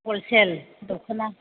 wholesale दखना